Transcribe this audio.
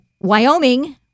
Wyoming